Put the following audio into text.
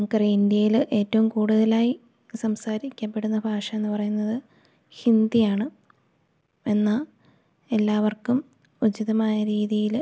നമുക്കറിയാം ഇന്ത്യയില് ഏറ്റവും കൂടുതലായി സംസാരിക്കപ്പെടുന്ന ഭാഷയെന്നു പറയുന്നത് ഹിന്ദിയാണ് എന്നാല് എല്ലാവർക്കും ഉചിതമായ രീതിയില്